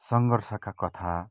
सङ्घर्षका कथा